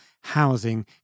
housing